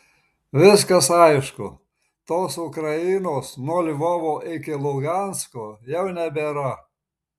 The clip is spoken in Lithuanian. viskas aišku tos ukrainos nuo lvovo iki lugansko jau nebėra